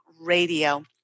Radio